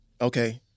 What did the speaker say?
okay